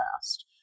past